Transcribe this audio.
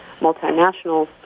multinationals